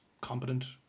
competent